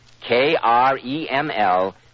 K-R-E-M-L